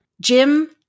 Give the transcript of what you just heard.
Jim